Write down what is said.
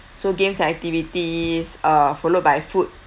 so games activities uh followed by food